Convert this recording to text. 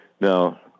Now